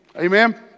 Amen